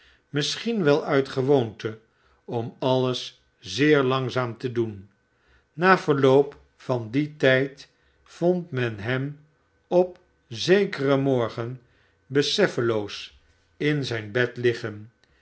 misschien wel uit gewoonte om alles zeer langzaam te doen na verloop van dien tijd vond men hem op zekeren morgen beseffeloos in zijn bed liggen